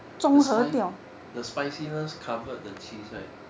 the spice the spiciness covered the cheese right